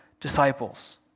disciples